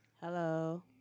Hello